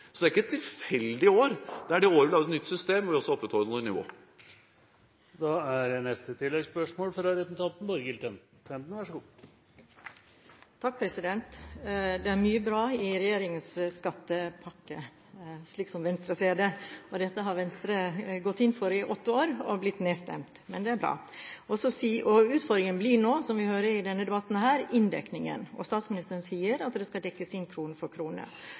Så det er ikke et tilfeldig år. Det er det året vi laget et nytt system, hvor vi også opprettholder nivå. Det er mye bra i regjeringens skattepakke, slik Venstre ser det. Dette er noe Venstre har gått inn for i åtte år og blitt nedstemt på. Utfordringen nå, som vi hører i denne debatten, blir inndekningen, og statsministeren sier at det skal dekkes inn krone for krone.